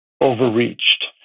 overreached